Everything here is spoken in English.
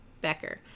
Becker